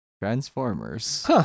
Transformers